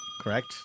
Correct